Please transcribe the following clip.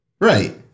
Right